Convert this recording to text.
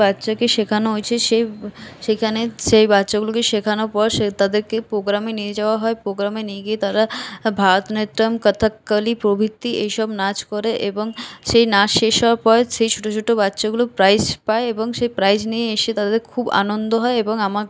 বাচ্চাকে শেখানো হয়েছে সে সেখানে সেই বাচ্চাগুলোকে শেখানোর পর সে তাদেরকে পোগ্রামে নিয়ে যাওয়া হয় পোগ্রামে নিয়ে গিয়ে তারা ভারতনাট্যম কথাকলি প্রভৃতি এইসব নাচ করে এবং সেই নাচ শেষ হওয়ার পর সেই ছোটো ছোটো বাচ্চাগুলো প্রাইজ পায় এবং সেই প্রাইজ নিয়ে এসে তাদের খুব আনন্দ হয় এবং আমাকেও